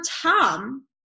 tom